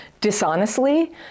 dishonestly